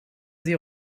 sie